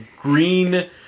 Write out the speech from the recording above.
green